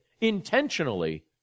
intentionally